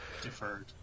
deferred